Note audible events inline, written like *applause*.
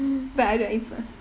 *noise* but I re~